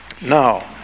Now